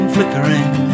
Flickering